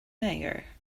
mayor